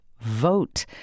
Vote